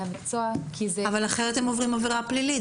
המקצוע כי זה -- אבל אחרת הם עוברים עבירה פלילית,